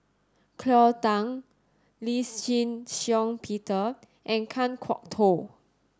Cleo Thang Lee Shih Shiong Peter and Kan Kwok Toh